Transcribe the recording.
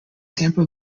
tampa